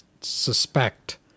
suspect